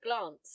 glance